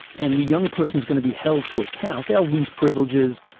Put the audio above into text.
and the young person is going to be held to account, they'll lose privileges,